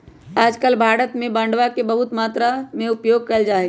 आजकल भारत में बांडवा के बहुत बड़ा मात्रा में उपयोग कइल जाहई